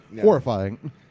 horrifying